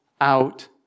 out